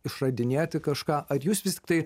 išradinėti kažką ar jūs vis tiktai